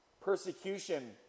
Persecution